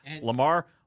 Lamar